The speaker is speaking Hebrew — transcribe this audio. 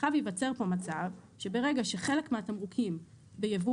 חייב להיווצר פה מצב שברגע שחלק מהתמרוקים בייבוא